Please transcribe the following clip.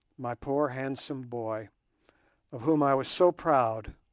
my poor handsome boy of whom i was so proud,